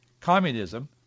communism